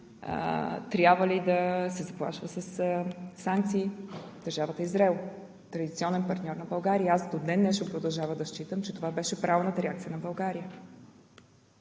трябва ли да се заплашва със санкции държавата Израел – традиционен партньор на България. До ден-днешен аз продължавам да считам, че това беше правилната реакция на България,